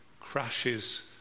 Crashes